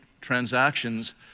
transactions